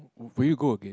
will you go again